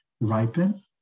ripen